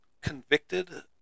convicted